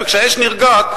וכשהאש נרגעת,